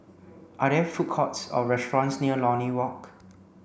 are there food courts or restaurants near Lornie Walk